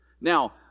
Now